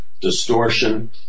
distortion